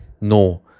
no